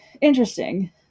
interesting